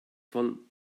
von